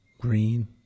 Green